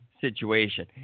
situation